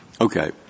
Okay